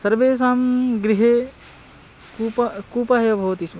सर्वेषां गृहे कूपः कूपः एव भवति स्म